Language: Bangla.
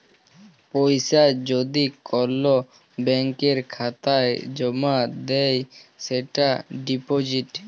পয়সা যদি কল ব্যাংকের খাতায় জ্যমা দেয় সেটা ডিপজিট